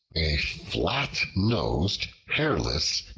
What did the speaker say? a flat-nosed, hairless,